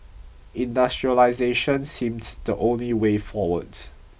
industrialisation seemed the only way forward